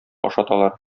ашаталар